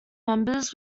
members